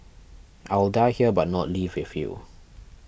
I will die here but not leave with you